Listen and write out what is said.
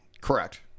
Correct